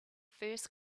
first